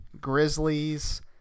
Grizzlies